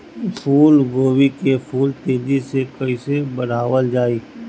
फूल गोभी के फूल तेजी से कइसे बढ़ावल जाई?